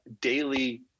daily